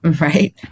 right